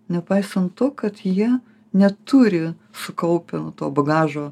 nepaisant to kad jie neturi sukaupę to bagažo